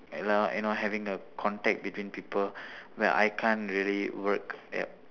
you know you know having a contact between people when I can't really work at